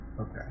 Okay